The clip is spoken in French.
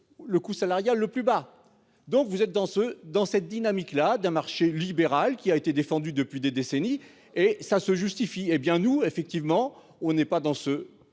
le coût salarial le plus bas. Donc vous êtes dans ce dans cette dynamique-là d'un marché libéral qui a été défendue depuis des décennies et ça se justifie. Eh bien nous effectivement on n'est pas dans ce.